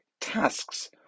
tasks